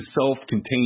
self-contained